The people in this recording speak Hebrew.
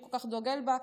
שהוא כל כך דוגל בה,